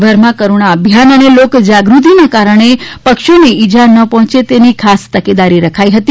રાજ્યભરમાં કરૂણા અભિયાન અને લોક જાગૃતિને કારણે પક્ષીઓને ઈજા ન પહોંચે તેવી ખાસ તકેદારી રખાઈ હતી